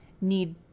need